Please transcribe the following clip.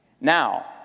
now